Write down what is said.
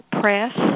Press